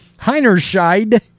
Heinerscheid